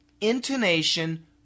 intonation